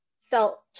felt